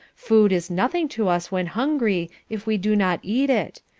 food is nothing to us when hungry if we do not eat it,